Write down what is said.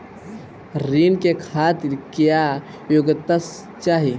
ऋण के खातिर क्या योग्यता चाहीं?